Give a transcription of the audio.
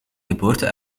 geboorte